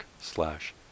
slash